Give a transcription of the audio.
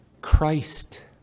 Christ